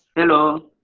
hello?